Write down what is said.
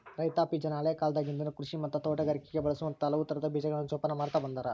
ರೈತಾಪಿಜನ ಹಳೇಕಾಲದಾಗಿಂದನು ಕೃಷಿ ಮತ್ತ ತೋಟಗಾರಿಕೆಗ ಬಳಸುವಂತ ಹಲವುತರದ ಬೇಜಗಳನ್ನ ಜೊಪಾನ ಮಾಡ್ತಾ ಬಂದಾರ